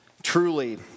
Truly